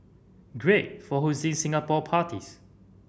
great for hosting Singapore parties